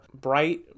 bright